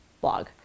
blog